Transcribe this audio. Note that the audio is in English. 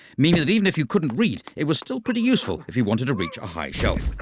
meaning that even if you couldn't read, it was still pretty useful if you wanted to reach a high shelf.